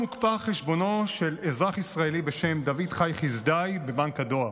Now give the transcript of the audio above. היום מוקפא חשבונו של אזרח ישראלי בשם דוד חי חסדאי בבנק הדואר.